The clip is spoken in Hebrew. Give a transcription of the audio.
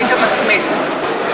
היית מסמיק.